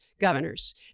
governors